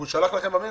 הוא שלח לכם במייל,